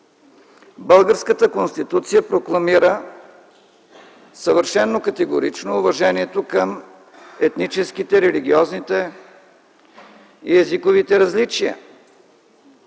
българската Конституция прокламира съвършено категорично уважението към етническите, религиозните и езиковите различия.